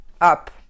up